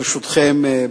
ברשותכם,